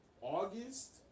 August